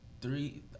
three